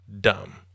dumb